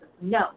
no